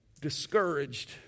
Discouraged